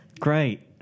great